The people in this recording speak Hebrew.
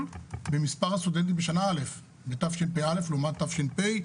במספר הסטודנטים בשנה א' בתשפ"א לעומת תש"ף,